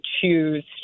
choose